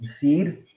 seed